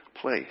place